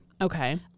Okay